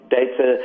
data